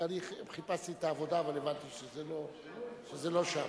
אני חיפשתי את "העבודה", אבל הבנתי שזה לא שם.